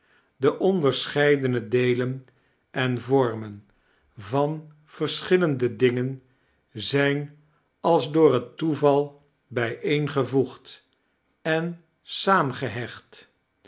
de onderscheidene deelen en vormen van verschilleode dingen zijn als door het coeval bijeengevoegd en